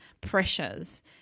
pressures